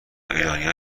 ایرانیا